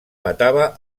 matava